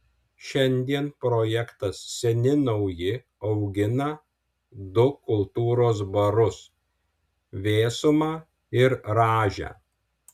šiandien projektas seni nauji augina du kultūros barus vėsumą ir rąžę